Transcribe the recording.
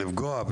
לפגוע,